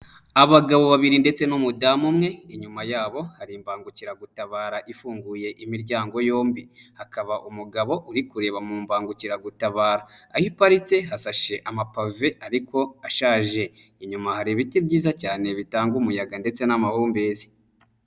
Abagabo babiri ndetse n'umudamu umwe, inyuma yabo hari imbangukiragutabara ifunguye imiryango yombi. Hakaba umugabo uri kureba mu mbangukiragutabara. Aho iparitse hasashe amapove ariko ashaje. Inyuma hari ibiti byiza cyane bitanga umuyaga ndetse n'amahumbezi.